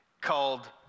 called